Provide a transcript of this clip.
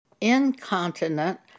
incontinent